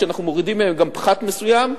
שאנחנו מורידים מהם גם פחת מסוים,